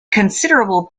considerable